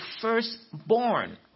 firstborn